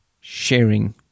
sharing